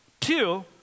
Two